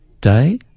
day